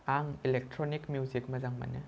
आं electronic music मोजां मोनो